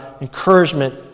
encouragement